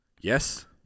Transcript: Yes